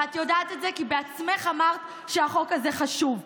ואת יודעת את זה כי בעצמך אמרת שהחוק הזה חשוב.